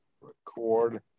Record